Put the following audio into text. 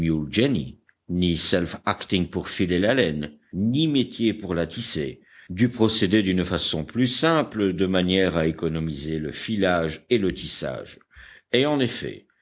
ni self acting pour filer la laine ni métier pour la tisser dut procéder d'une façon plus simple de manière à économiser le filage et le tissage et en effet